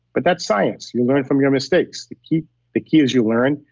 but that's science. you learn from your mistakes. the key the key is, you learn,